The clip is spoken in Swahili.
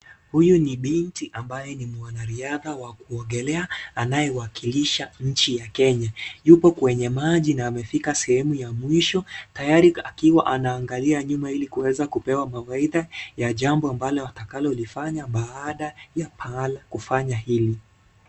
Huyu ni binti ambaye ni mwanariatha wa kuogelea anayewakilisha nchi ya Kenya. Yuko kwenye maji na amefika sehemu ya mwisho tayari akiwa anaangalia nyuma Ili kuweza kupewa mawaitha ya jamba ambalo atakalo lifanya baada ya pahala kufanya hii.